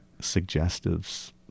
suggestives